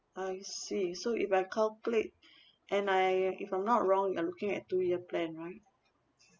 I see so if I calculate and I if I'm not wrong you are looking at two year plan right